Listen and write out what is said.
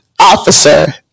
officer